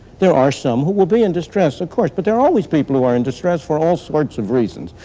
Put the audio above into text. there are some who will be in distress, of course, but there are always people who are in distress for all sorts of reasons.